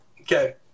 Okay